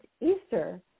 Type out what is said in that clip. Easter